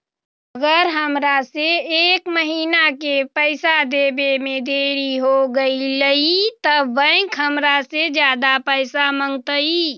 अगर हमरा से एक महीना के पैसा देवे में देरी होगलइ तब बैंक हमरा से ज्यादा पैसा मंगतइ?